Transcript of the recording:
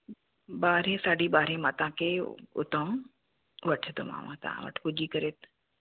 ॿारहें साढी ॿारहें मां तव्हांखे उ उतां वठदोमाव तव्हां वटि पुॼी करे